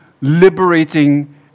liberating